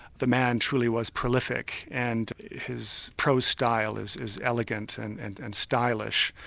the man truly was prolific, and his prose style is is elegant and and and stylish.